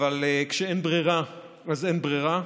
אבל כשאין ברירה אז אין ברירה.